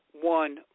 one